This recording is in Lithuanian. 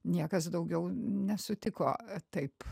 niekas daugiau nesutiko taip